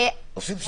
עושים סגר.